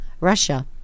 Russia